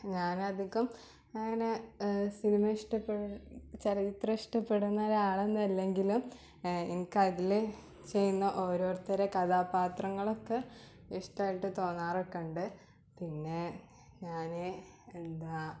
ഞാനധികം അങ്ങനെ സിനിമ ഇഷ്ടപെട് ചലചിത്രം ഇഷ്ടപ്പെടുന്ന ഒരാളൊന്നുവല്ലെങ്കിലും എനിക്കതിൽ ചെയ്യുന്ന ഓരോരുത്തരുടെ കഥാപാത്രങ്ങളൊക്കെ ഇഷ്ടമായിട്ട് തോന്നാറൊക്കെ ഉണ്ട് പിന്നേ ഞാന് എന്താ